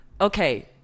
okay